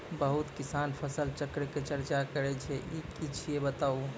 बहुत किसान फसल चक्रक चर्चा करै छै ई की छियै बताऊ?